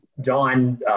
Don